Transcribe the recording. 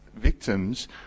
victims